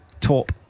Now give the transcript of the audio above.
top